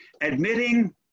admitting